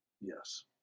Yes